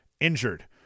injured